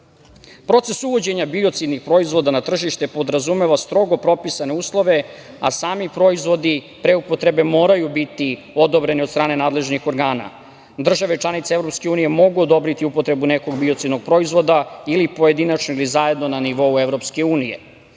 uvođenja biocidnih proizvoda na tržište podrazumeva strogo propisane uslove, a sami proizvodi pre upotrebe moraju biti odobreni od strane nadležnih organa. Države članice EU mogu odobriti upotrebu nekog biocidnog proizvoda ili pojedinačno ili zajedno na nivou EU.